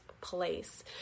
place